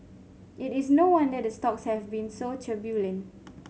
it is no wonder the stocks have been so turbulent